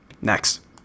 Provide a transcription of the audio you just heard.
Next